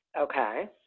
okay